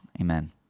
Amen